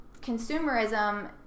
consumerism